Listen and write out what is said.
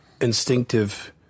instinctive